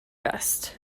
best